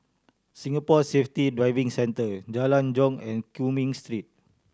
Singapore Safety Driving Centre Jalan Jong and Cumming Street